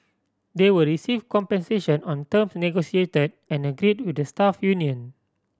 they will receive compensation on terms negotiated and agreed with the staff union